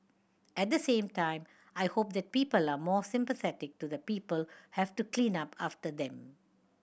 at the same time I hope that people are more sympathetic to the people have to clean up after them